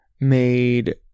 made